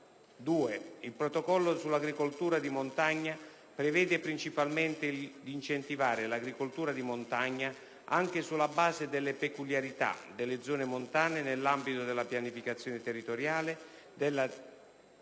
Il Protocollo sull'agricoltura di montagna prevede principalmente di incentivare l'agricoltura di montagna anche sulla base delle peculiarità delle zone montane nell'ambito della pianificazione territoriale, della